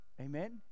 Amen